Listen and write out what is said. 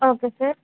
okay sir